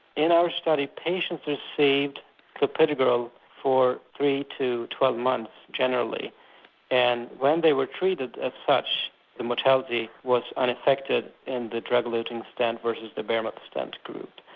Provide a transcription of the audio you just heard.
in our study patients received clopidogrel for three to twelve months generally and when they were treated as such the mortality was unaffected in the drug-eluting stent versus the bare-metal stent group.